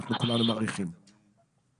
כולנו מעריכים את זה.